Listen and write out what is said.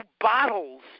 bottles